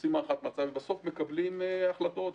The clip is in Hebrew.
עושים הערכת מצב ובסוף מקבלים החלטות.